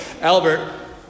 Albert